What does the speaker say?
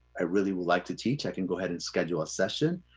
i really would like to teach, i can go ahead and schedule a session.